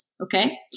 okay